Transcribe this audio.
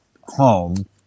home